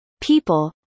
people